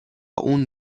اون